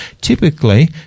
Typically